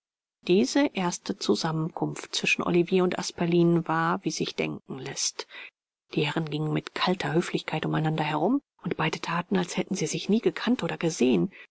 diese erste zusammenkunft zwischen olivier und asperlin war wie sich denken läßt die herren gingen mit kalter höflichkeit um einander herum und beide thaten als hätten sie sich nie gekannt oder gesehen